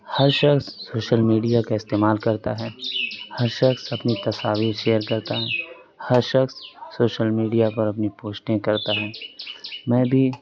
ہر شخص social media کا استعمال کرتا ہے ہر شخص اپنی تصاویر شیئر کرتا ہے ہر شخص سوشل میڈیا پر اپنی پوسٹیں کرتا ہے میں بھی